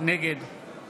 נגד